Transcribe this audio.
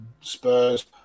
Spurs